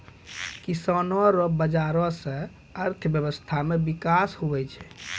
किसानो रो बाजार से अर्थव्यबस्था मे बिकास हुवै छै